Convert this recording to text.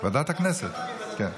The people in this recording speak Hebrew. ועדת הכנסת, כן,